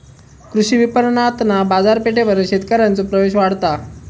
कृषी विपणणातना बाजारपेठेपर्यंत शेतकऱ्यांचो प्रवेश वाढता